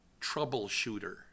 troubleshooter